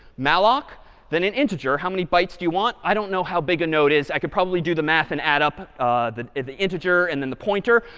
malloc then an integer how many bytes do you want? i don't know how big a node is. i could probably do the math and add up the the integer and then the pointer.